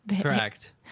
Correct